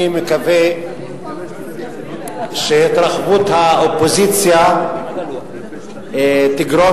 אני מקווה שהתרחבות האופוזיציה תגרום